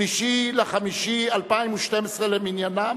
3 במאי 2012 למניינם,